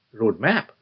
roadmap